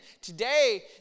Today